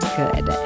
good